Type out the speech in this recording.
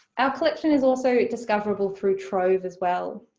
our collection is also discoverable through trove as well,